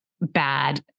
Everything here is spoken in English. bad